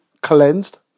cleansed